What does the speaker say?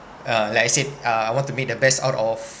uh like I said uh I want to make the best out of